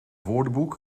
woordenboek